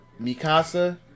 Mikasa